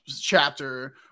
chapter